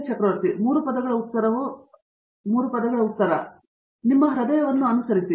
R Chakravarti ಸರಳ 3 ಪದಗಳ ಉತ್ತರವು ನಿಮ್ಮ ಹೃದಯವನ್ನು ಅನುಸರಿಸುತ್ತದೆ